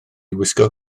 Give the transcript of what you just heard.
wisgo